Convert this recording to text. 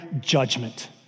judgment